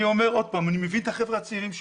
אני אומר שוב שאני מבין את החבר'ה הצעירים שלי.